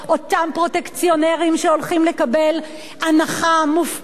אותם פרוטקציונרים שהולכים לקבל הנחה מופקרת,